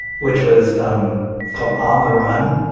which was um called on the run.